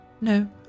No